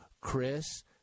Chris